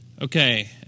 Okay